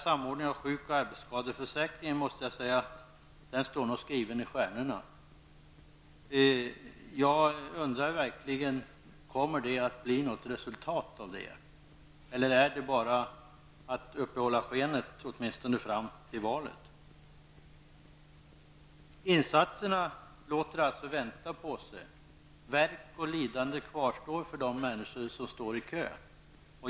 Samordningen av sjuk och arbetskadeförsäkringen står nog skriven i stjärnorna. Jag undrar verkligen om det kommer att bli något resultat av det eller om det bara är fråga om att upprätthålla skenet åtminstone fram till valet. Insatserna låter alltså vänta på sig. Värk och lidande kvarstår för de människor som står i kö.